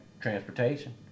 transportation